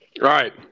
Right